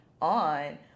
on